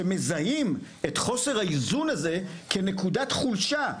שמזהים את חוסר האיזון הזה כנקודת חולשה.